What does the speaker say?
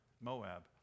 Moab